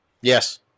Yes